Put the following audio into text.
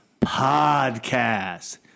Podcast